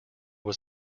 was